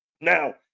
Now